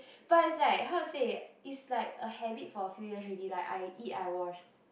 but is like how to say is like a habit for a few years already like I eat I wash